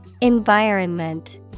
Environment